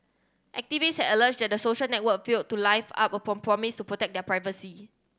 activists alleged the social network failed to live up a prom promise to protect their privacy